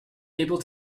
able